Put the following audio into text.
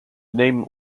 name